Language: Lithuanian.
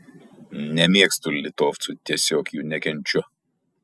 nemėgstu litovcų tiesiog jų nekenčiu